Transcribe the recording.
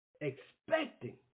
expecting